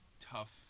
tough